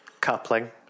coupling